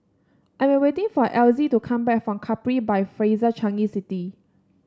I am waiting for Elzie to come back from Capri by Fraser Changi City